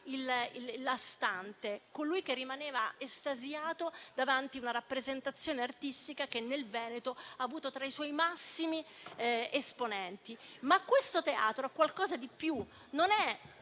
l'astante, colui che rimaneva estasiato davanti una rappresentazione artistica che nel Veneto ha avuto i suoi massimi esponenti. Questo teatro ha qualcosa di più. Non è